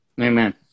amen